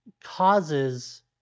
causes